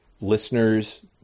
listeners